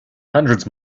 hundreds